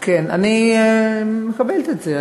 כן, אני מקבלת את זה.